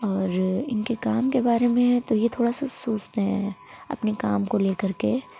اور ان کے کام کے بارے میں ہے تو یہ تھوڑا سا سست ہیں اپنے کام کو لے کر کے